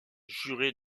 juré